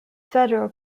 federal